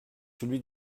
celui